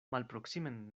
malproksimen